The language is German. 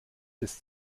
des